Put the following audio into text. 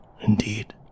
Indeed